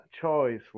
choice